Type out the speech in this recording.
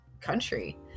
country